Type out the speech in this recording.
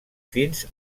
fins